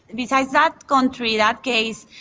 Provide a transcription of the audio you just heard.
besides that country, that case,